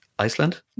Iceland